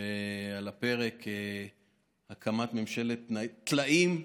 כשעל הפרק הקמת ממשלת טלאים,